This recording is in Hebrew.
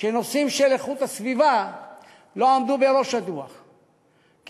שנושאים של איכות הסביבה לא עמדו בראש הדוח כי,